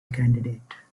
candidate